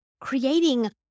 creating